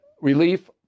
relief